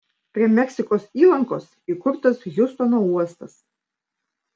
prie meksikos įlankos įkurtas hjustono uostas